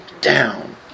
down